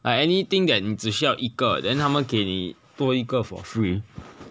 or anything that 你只需要一个 then 他们给你多一个 for free